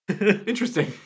interesting